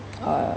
uh